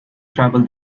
trouble